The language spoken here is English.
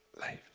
life